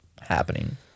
happening